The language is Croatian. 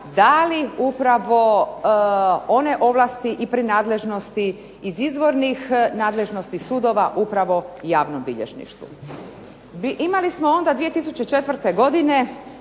dali upravo one ovlasti i pri nadležnosti iz izvornih nadležnosti sudova upravo javnom bilježništvu. Imali smo onda 2004. godine